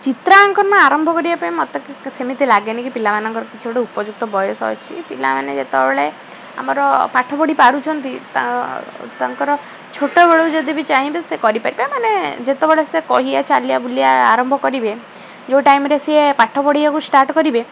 ଚିତ୍ରାଙ୍କନ ଆରମ୍ଭ କରିବା ପାଇଁ ମୋତେ ସେମିତି ଲାଗେନି କି ପିଲାମାନଙ୍କର କିଛି ଗୋଟେ ଉପଯୁକ୍ତ ବୟସ ଅଛି ପିଲାମାନେ ଯେତେବେଳେ ଆମର ପାଠ ପଢ଼ି ପାରୁଛନ୍ତି ତାଙ୍କର ଛୋଟବେଳୁ ଯଦି ବି ଚାହିଁବେ ସେ କରିପାରିବେ ମାନେ ଯେତେବେଳେ ସେ କହିବା ଚାଲିବା ବୁଲିବା ଆରମ୍ଭ କରିବେ ଯେଉଁ ଟାଇମ୍ରେ ସିଏ ପାଠ ପଢ଼ିବାକୁ ଷ୍ଟାର୍ଟ କରିବେ